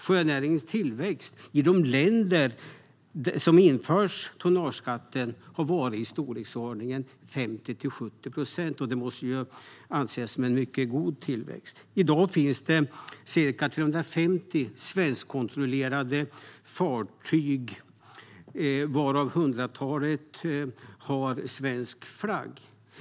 Sjönäringens tillväxt i de länder som infört tonnageskatt har varit i storleksordningen 50-70 procent. Det måste anses som en mycket god tillväxt. I dag finns det ca 350 svenskkontrollerade fartyg, varav hundratalet har svensk flagg.